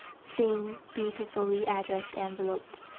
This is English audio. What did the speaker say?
thin, beautifully addressed envelope,